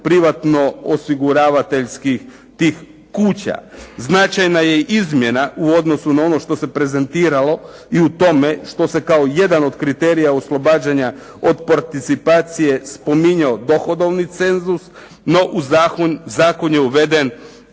privatno-osiguravateljskih kuća. Značajna je izmjena u odnosu na ono što se prezentiralo i u tome što se kao jedan od kriterija oslobađanja od participacije spominjao dohodovni cenzus no u zakon, zakon je uveden